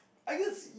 I guess y~